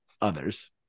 others